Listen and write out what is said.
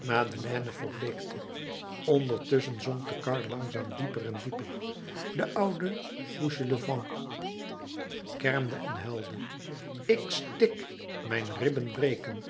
madeleine verbleekte ondertusschen zonk de kar langzaam dieper en dieper de oude fauchelevent kermde en huilde ik stik mijn ribben breken